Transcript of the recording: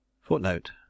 Footnote